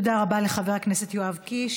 תודה רבה לחבר הכנסת יואב קיש.